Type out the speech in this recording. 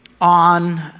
on